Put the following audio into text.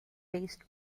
based